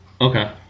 Okay